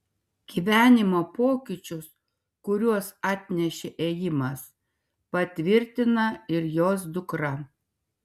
gyvenimo pokyčius kuriuos atnešė ėjimas patvirtina ir jos dukra